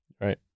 Right